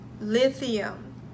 lithium